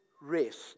rest